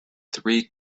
three